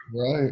Right